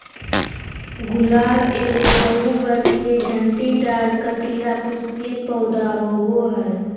गुलाब एगो बहुवर्षीय, झाड़ीदार, कंटीला, पुष्पीय पौधा होबा हइ